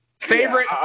favorite